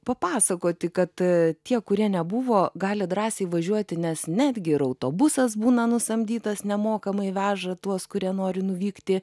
papasakoti kad tie kurie nebuvo gali drąsiai važiuoti nes netgi ir autobusas būna nusamdytas nemokamai veža tuos kurie nori nuvykti